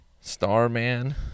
Starman